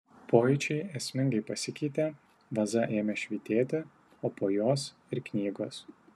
pojūčiai esmingai pasikeitė vaza ėmė švytėti o po jos ir knygos